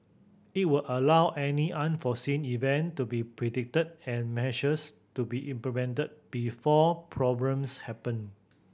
it will allow any unforeseen event to be predicted and measures to be implemented before problems happen